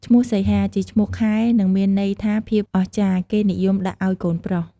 ឈ្មោះសីហា ជាឈ្មោះខែ និងមានន័យថាភាពអស្ចារ្យ គេនិយមដាក់ឲ្យកូនប្រុស។